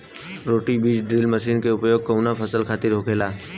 रोटा बिज drill machine के उपयोग कऊना फसल खातिर होखेला?